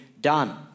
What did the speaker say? done